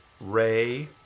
ray